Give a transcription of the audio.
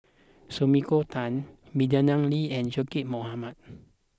Sumiko Tan Madeleine Lee and Zaqy Mohamad